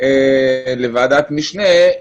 לוועדת משנה.